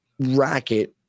racket